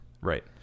right